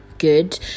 Good